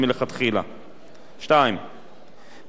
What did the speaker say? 2. מתן סמכות למפקח